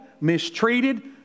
mistreated